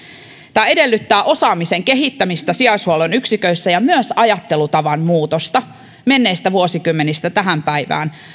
tämä edellyttää osaamisen kehittämistä sijaishuollon yksiköissä ja myös ajattelutavan muutosta menneistä vuosikymmenistä tähän päivään